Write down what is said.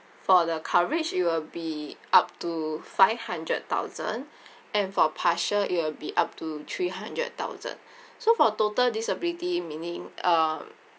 for the coverage it will be up to five hundred thousand and for partial it'll be up to three hundred thousand so for total disability meaning uh